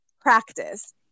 practice